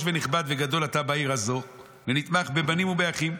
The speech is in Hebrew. ונכבד וגדול אתה בעיר הזאת ונתמך בבנים ובאחים.